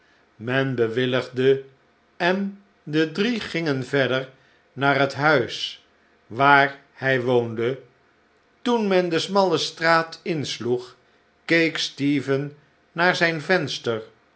men bewilligde en de drie gingen verder naar het huis waar hij woonde toen men de smalle straat insloeg keek stephen naar zijn venster